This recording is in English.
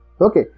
okay